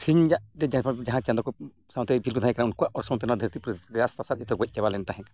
ᱥᱤᱧᱟᱜ ᱛᱮ ᱡᱟᱦᱟᱸ ᱪᱟᱸᱫᱳ ᱠᱚ ᱥᱟᱶᱛᱮ ᱤᱯᱤᱞ ᱠᱚ ᱛᱟᱦᱮᱸ ᱠᱟᱱᱟ ᱩᱱᱠᱩᱣᱟᱜ ᱚᱨᱥᱚᱝ ᱛᱮ ᱱᱚᱣᱟ ᱫᱷᱟᱹᱨᱛᱤᱯᱩᱨᱤ ᱜᱚᱡ ᱪᱟᱵᱟ ᱞᱮᱱ ᱛᱟᱦᱮᱸ ᱠᱟᱱᱟ